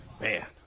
man